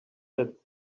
that